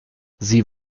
sie